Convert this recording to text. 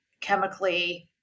chemically